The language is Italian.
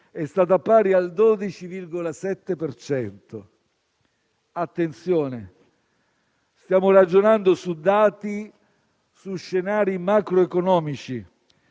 è stata pari al 12,7 per cento. Attenzione, stiamo ragionando su dati e su scenari macroeconomici,